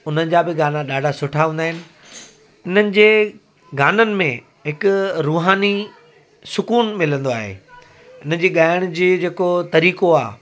हुननि जा बि गाना ॾाढा सुठा हूंदा आहिनि इन्हनि जे गाननि में हिकु रूहानी सुकूनु मिलंदो आहे हिन जी ॻाइण जी जेको तरीक़ो आहे